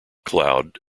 cloud